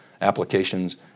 applications